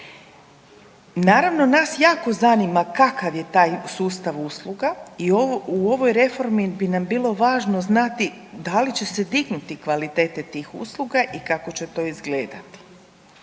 Naravno nas jako zanima kakav je taj sustav usluga i u ovoj reformi bi nam bilo važno znati da li će dignuti kvalitete tih usluga i kako će to izgledat.